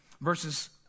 verses